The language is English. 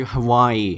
Hawaii